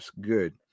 good